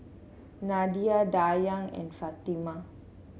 Nadia Dayang and Fatimah